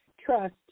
trust